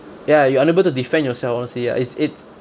ya you're unable to defend yourself honestly lah it's it's